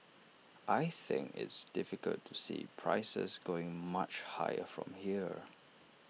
I think it's difficult to see prices going much higher from here